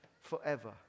forever